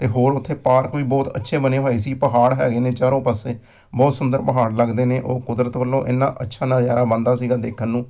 ਅਤੇ ਹੋਰ ਉੱਥੇ ਪਾਰਕ ਵੀ ਬਹੁਤ ਅੱਛੇ ਬਣੇ ਹੋਏ ਸੀ ਪਹਾੜ ਹੈਗੇ ਨੇ ਚਾਰੋ ਪਾਸੇ ਬਹੁਤ ਸੁੰਦਰ ਪਹਾੜ ਲੱਗਦੇ ਨੇ ਉਹ ਕੁਦਰਤ ਵੱਲੋਂ ਇੰਨਾ ਅੱਛਾ ਨਜ਼ਾਰਾ ਬਣਦਾ ਸੀਗਾ ਦੇਖਣ ਨੂੰ